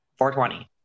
420